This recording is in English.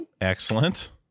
Excellent